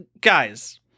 guys